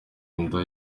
inda